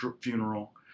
funeral